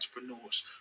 entrepreneurs